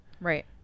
Right